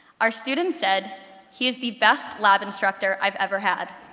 our student said, he is the best lab instructor i've ever had.